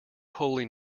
holy